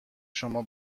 شما